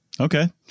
Okay